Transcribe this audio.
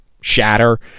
shatter